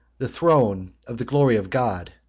the throne of the glory of god,